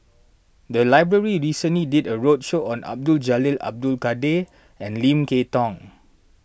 the library recently did a roadshow on Abdul Jalil Abdul Kadir and Lim Kay Tong